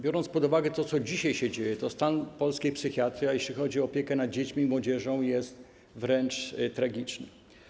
Biorąc pod uwagę to, co dzieje się dzisiaj, stan polskiej psychiatrii, jeśli chodzi o opiekę nad dziećmi i młodzieżą, jest wręcz tragiczny.